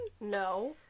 No